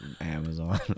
Amazon